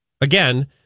Again